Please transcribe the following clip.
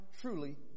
truly